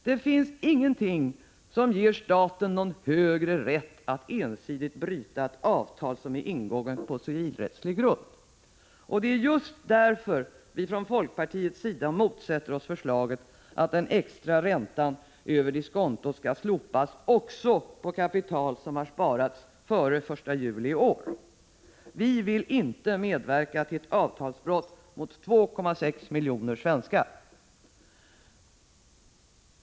Det finns ingenting som ger staten någon ”högre” rätt att ensidigt bryta ett avtal som är ingånget på civilrättslig grund. Det är just därför vi från folkpartiets sida motsätter oss förslaget att den extra räntan över diskontot skall slopas också på kapital som har sparats före den 1 juli i år. Vi vill inte medverka till ett avtalsbrott mot 2,6 miljoner svenskar.